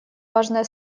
важное